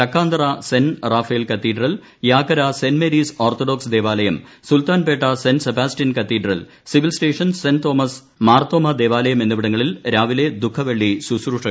Chakkanthara saint Raphael കത്തീഡ്രൽയാക്കര saint Mary's orthodox ദേവാലയം Sultanpet saint Sebastian cathedral civil station saint Thomas Marthoma ദേവാലയം എന്നിവിടങ്ങളിൽ രാവിലെ ദുഃഖവെള്ളി ശുശ്രൂഷകൾ നടന്നു